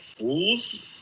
rules